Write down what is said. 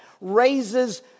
raises